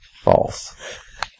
false